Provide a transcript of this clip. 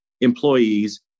employees